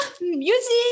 Music